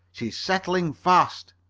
she's settling fast.